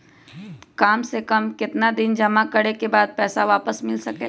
काम से कम केतना दिन जमा करें बे बाद पैसा वापस मिल सकेला?